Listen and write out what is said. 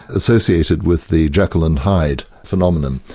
associated with the jekyll and hyde phenomenon.